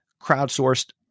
crowdsourced